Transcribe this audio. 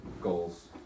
goals